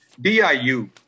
DIU